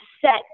set